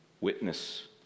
witness